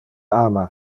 ama